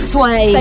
Sway